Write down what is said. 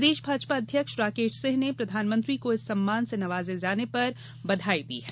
प्रदेश भाजपा अध्यक्ष राकेश सिंह ने प्रधानमंत्री को इस सम्मान से नवाजे जाने पर बधाई दी है